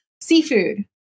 seafood